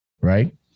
right